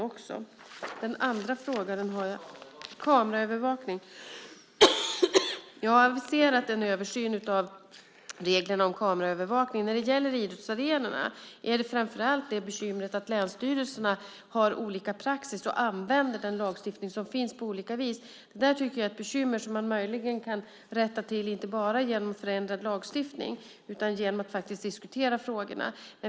Beträffande kameraövervakning har jag aviserat en översyn av reglerna om övervakning. När det gäller idrottsarenorna är bekymret framför allt att länsstyrelserna har olika praxis och använder den lagstiftning som finns på olika sätt. Det är ett bekymmer som man möjligen kan rätta till inte bara genom förändrad lagstiftning utan också genom att faktiskt diskutera frågorna.